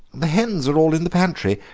the hens are all in the pantry,